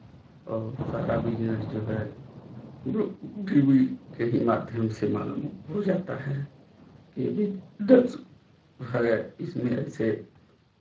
और सारा बिज़नेस जो है टी वी के ही माध्यम से मालूम हो जाता है कि ये बिज़नेस है इसमें ऐसे